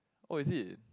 oh is it